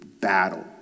battle